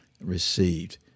received